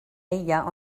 illa